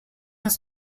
his